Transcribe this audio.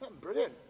Brilliant